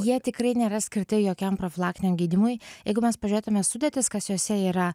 jie tikrai nėra skirti jokiam profilaktiniam gydymui jeigu mes pažiūrėtume į sudėtis kas juose yra